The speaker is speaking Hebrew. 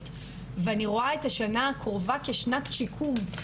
ואני רואה את השנה הקרובה כשנת שיקום.